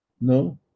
No